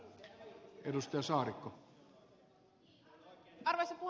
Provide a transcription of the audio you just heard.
arvoisa puhemies